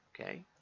okay